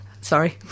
sorry